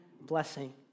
blessing